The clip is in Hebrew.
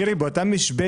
מי שחייב ב-10 אחוזים,